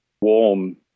warm